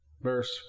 verse